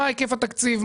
מה היקף התקציב,